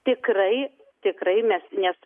tikrai tikrai mes nes